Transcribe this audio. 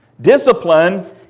discipline